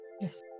Yes